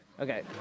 Okay